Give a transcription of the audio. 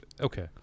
Okay